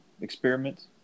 experiments